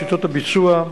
שיטות הביצוע,